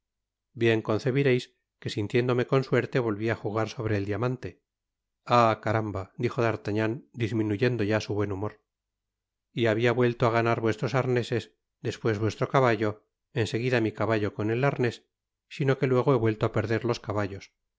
bien concebireis que sintiéndome con suerte volvi á jugar sobre el diamante ah caramba dijo d'artagnan disminuyendo ya su buen humor y babia vuelto á ganar vuestros arneses despues vuestro cabalto en seguida mi caballo con el arnés sino que luego he vuelto á perder los caballos